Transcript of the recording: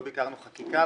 לא ביקרנו חקיקה,